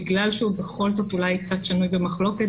בגלל שהוא בכל זאת אולי קצת שנוי במחלוקת